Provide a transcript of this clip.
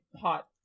Hot